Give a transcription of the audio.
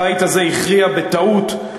הבית הזה הכריע בטעות.